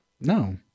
No